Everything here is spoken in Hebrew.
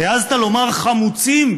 העזת לומר "חמוצים"?